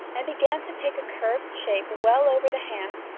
and began to take a curved shape well over the hand,